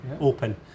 open